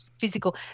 physical